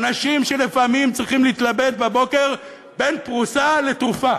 אנשים שלפעמים צריכים להתלבט בבוקר בין פרוסה לתרופה,